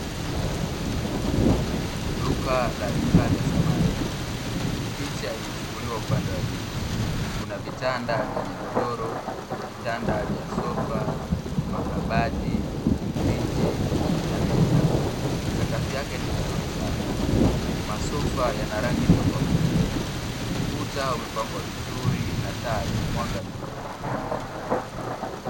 Duka la vifaa vya samani, picha imechukuliwa upande wa juu. Kuna vitanda vyenye godoro, vitanda vya sofa, makabati, viti na meza. Sakafu yake ni nzuri sana. Masofa yana rangi tofauti, ukuta umepambwa vizuri na taa yenye mwanga mzuri.